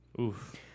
oof